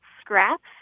scraps